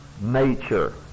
nature